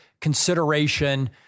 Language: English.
consideration